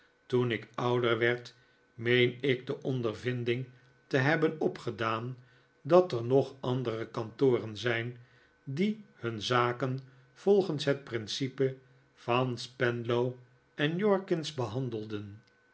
toen ik ouder werd meen ik de ondervinding te hebben opgedaan dat er nog andere kantoren zijn die hun zaken volgens het principe van spenlow en jorkins behandelen